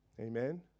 Amen